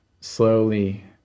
slowly